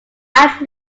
act